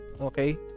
Okay